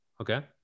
Okay